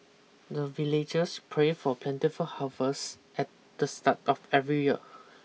the villagers pray for plentiful harvest at the start of every year